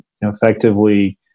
effectively